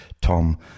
Tom